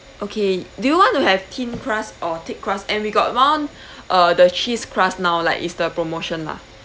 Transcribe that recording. okay do you want to have thin crust or thick crust and we got one uh the cheese crust now like it's the promotion lah